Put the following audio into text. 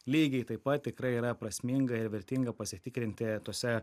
lygiai taip pat tikrai yra prasminga ir vertinga pasitikrinti tuose